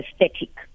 aesthetic